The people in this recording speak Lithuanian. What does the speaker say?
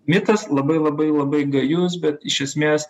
mitas labai labai labai gajus bet iš esmės